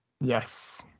Yes